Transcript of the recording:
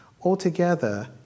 Altogether